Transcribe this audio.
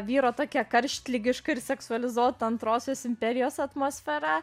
vyro tokia karštligiška ir seksualizacija antrosios imperijos atmosfera